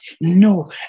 No